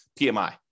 PMI